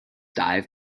dive